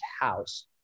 house